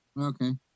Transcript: Okay